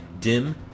dim